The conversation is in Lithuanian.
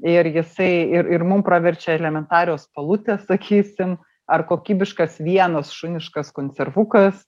ir jisai ir ir mum praverčia elementarios palutės sakysim ar kokybiškas vienas šuniškas konservukas